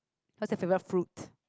what's your favorite fruit